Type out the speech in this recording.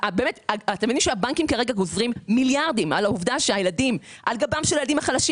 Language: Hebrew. - הבנקים גוזרים כרגע מיליארדים על גבם של הילדים החלשים